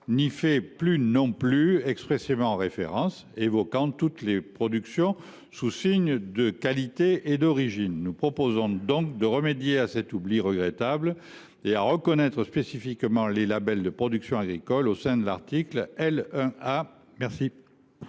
n’y fait pas non plus expressément référence, évoquant plutôt toutes les productions sous signes de qualité et d’origine. Nous proposons donc de remédier à cet oubli regrettable et de reconnaître spécifiquement les labels de production agricole au sein de l’article L. 1